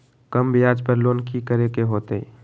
कम ब्याज पर लोन की करे के होतई?